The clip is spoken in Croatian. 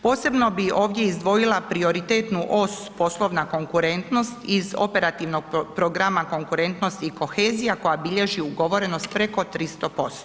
Posebno bi ovdje izdvojila prioritetnu os, poslovna konkurentnost iz operativnog programa konkurentnosti i kohezija koja bilježi ugovorenost preko 300%